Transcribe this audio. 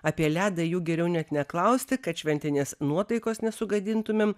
apie ledą jų geriau net neklausti kad šventinės nuotaikos nesugadintumėm